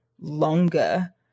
longer